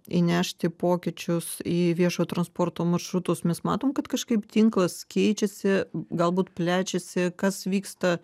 įnešti pokyčius į viešojo transporto maršrutus mes matom kad kažkaip tinklas keičiasi galbūt plečiasi kas vyksta